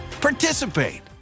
participate